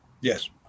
Yes